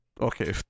Okay